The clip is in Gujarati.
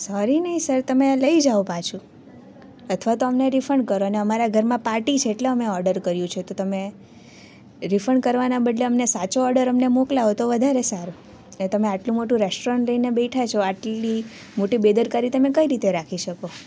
સોરી નહીં સર તમે આ લઈ જાઓ પાછું અથવા તો અમને રિફંડ કરો અને અમારા ઘરમાં પાર્ટી છે એટલે અમે ઓર્ડર કર્યો છે તો તમે રિફંડ કરવાના બદલે અમને સાચો ઓર્ડર અમને મોકલાવો તો વધારે સારું અને તમે આટલું મોટું રેસ્ટોરન્ટ લઈને બેઠા છો આટલી મોટી બેદરકારી તમે કઈ રીતે રાખી શકો